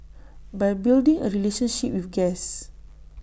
by building A relationship with guests